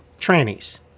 trannies